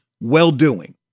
well-doing